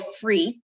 free